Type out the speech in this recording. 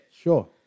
Sure